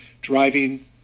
driving